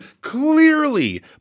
clearly